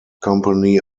company